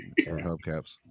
Hubcaps